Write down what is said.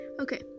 Okay